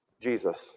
Jesus